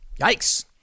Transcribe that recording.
Yikes